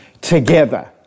together